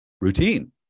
routine